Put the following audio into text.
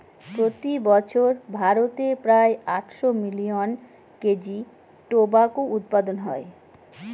প্রতি বছর ভারতে প্রায় আটশো মিলিয়ন কেজি টোবাকো উৎপাদন হয়